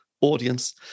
audience